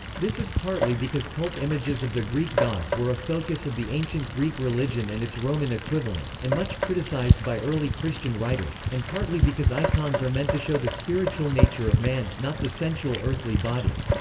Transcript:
this is partly because cult images of the greek gods were a focus of the ancient greek religion and its roman equivalent, and much criticised by early christian writers, and partly because icons are meant to show the spiritual nature of man, not the sensual earthly body.